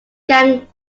gang